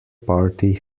party